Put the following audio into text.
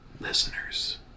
listeners